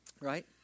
Right